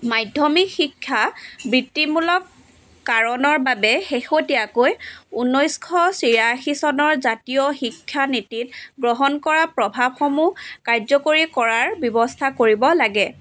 মাধ্যমিক শিক্ষা বৃত্তিমূলক কাৰণৰ বাবে শেষতীয়াকৈ ঊনৈছশ ছয়াশী চনৰ জাতীয় শিক্ষা নীতিত গ্ৰহণ কৰা প্ৰভাৱসমূহ কাৰ্যকৰী কৰাৰ ব্যৱস্থা কৰিব লাগে